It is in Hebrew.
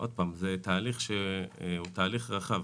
עוד פעם, זה תהליך שהוא תהליך רחב.